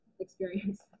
experience